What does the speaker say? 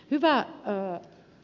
hyvä puhemies